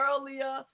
earlier